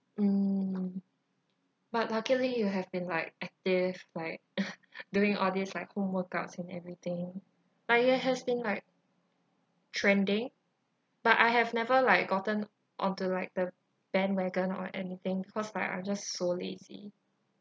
mm but luckily you have been like active like doing all this like home workouts and everything has been like trending but I have never like gotten onto like the bandwagon or anything cause like I'm just so lazy